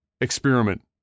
experiment